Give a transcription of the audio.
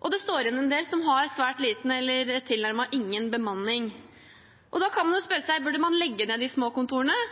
og det står igjen en del som har svært liten – eller tilnærmet ingen – bemanning. Da kan man spørre seg: